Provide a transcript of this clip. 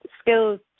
skills